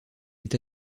est